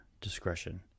discretion